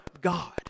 God